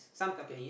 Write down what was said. okay